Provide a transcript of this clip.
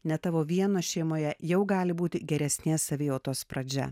ne tavo vieno šeimoje jau gali būti geresnės savijautos pradžia